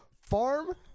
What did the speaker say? Farm